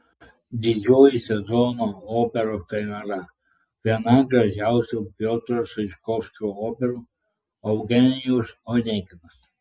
didžioji sezono operos premjera viena gražiausių piotro čaikovskio operų eugenijus oneginas